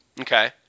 Okay